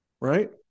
Right